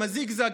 הזיגזג,